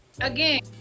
Again